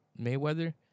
Mayweather